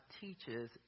teaches